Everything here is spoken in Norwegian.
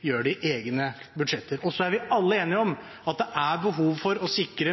gjør det i egne budsjetter. Vi er alle enige om at det er behov for å sikre